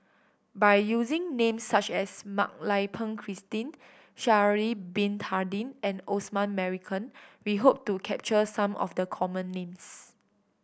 by using names such as Mak Lai Peng Christine Sha'ari Bin Tadin and Osman Merican we hope to capture some of the common names